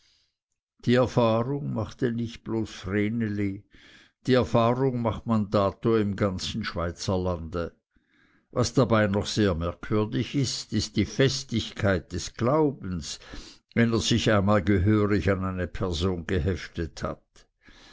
die erfahrung machte nicht bloß vreneli die erfahrung macht man dato im ganzen schweizerlande was dabei noch sehr merkwürdig ist ist die festigkeit des glaubens wenn er sich einmal gehörig an eine person geheftet hat